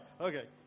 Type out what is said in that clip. Okay